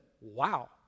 wow